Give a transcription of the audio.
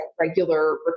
regular